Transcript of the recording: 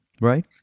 right